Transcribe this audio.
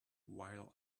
while